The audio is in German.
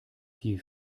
die